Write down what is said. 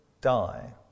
die